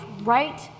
right